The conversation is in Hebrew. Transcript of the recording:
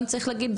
גם צריך להגיד,